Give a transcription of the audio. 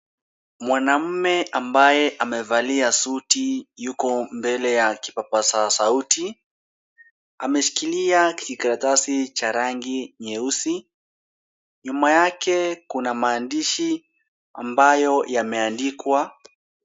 Mwanaume ambaye amevalia suti, yuko mbele ya kipaza sauti, ameshikilia kijikaratasi cha rangi nyeusi. Nyuma yake kuna maandishi ambayo yameandikwa.